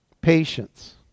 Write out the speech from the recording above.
Patience